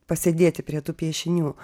pasėdėti prie tų piešinių